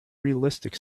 realistic